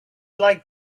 like